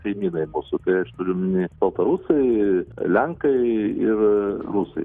kaimynai mūsų tai aš turiu omeny baltarusai lenkai ir rusai